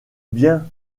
bien